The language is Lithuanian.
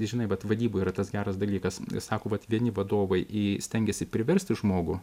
žinai vat vadyba yra tas geras dalykas sako vat vieni vadovai i stengiasi priversti žmogų